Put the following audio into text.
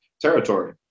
territory